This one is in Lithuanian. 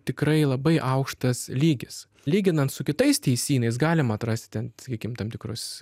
tikrai labai aukštas lygis lyginant su kitais teisynais galima atrasti ten sakykim tam tikrus